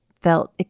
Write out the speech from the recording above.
felt